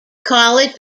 college